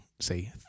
say